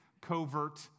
covert